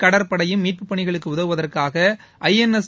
கடற்படையும் மீட்புப் பணிகளுக்கு உதவுவதற்காக ஐஎன்எஸ்